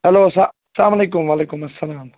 hello سا سَلام علیکُم وعلیکُم اسلام